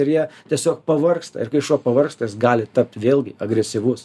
ir jie tiesiog pavargsta ir kai šuo pavargsta jis gali tapti vėlgi agresyvus